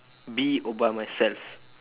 be obama self